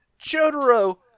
Jotaro